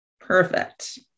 Perfect